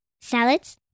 Salads